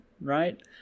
right